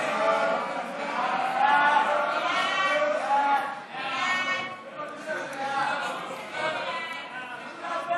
ההצעה להעביר את הצעת חוק לתיקון דיני הרשויות